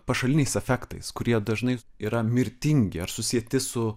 pašaliniais efektais kurie dažnai yra mirtingi ar susieti su